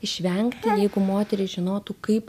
išvengti jeigu moterys žinotų kaip